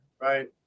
right